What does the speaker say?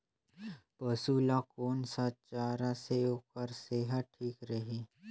पशु ला कोन स चारा से ओकर सेहत ठीक रही?